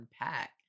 unpack